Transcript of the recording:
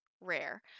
Rare